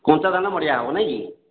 କଞ୍ଚାଧାନ ମଡ଼େଇବା ହେବ ନାଇଁ କି